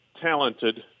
talented